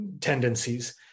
tendencies